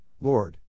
Lord